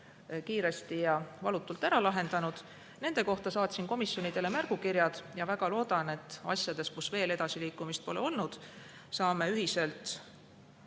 kiiresti ja valutult ära lahendatud. Nende kohta saatsin komisjonidele märgukirjad ja väga loodan, et asjades, kus veel edasiliikumist pole olnud, saame ühiselt